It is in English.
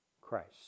Christ